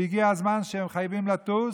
וכשהגיע הזמן שבו הם חייבים לטוס,